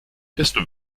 desto